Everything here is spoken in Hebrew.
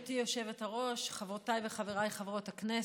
גברתי היושבת-ראש, חברותיי וחבריי חברות הכנסת,